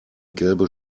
gelbe